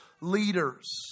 leaders